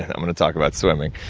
and i'm gonna talk about swimming.